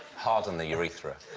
hard on the urethra.